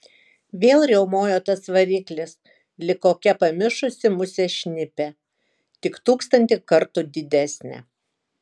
vėl riaumojo tas variklis lyg kokia pamišusi musė šnipė tik tūkstantį kartų didesnė